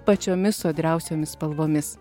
pačiomis sodriausiomis spalvomis